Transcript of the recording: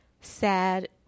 sad